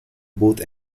both